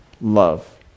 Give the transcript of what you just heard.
love